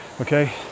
Okay